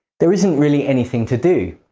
there isn't really anything to do.